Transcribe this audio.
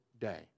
day